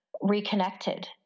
reconnected